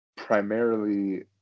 primarily